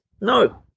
No